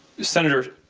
senator,